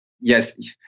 yes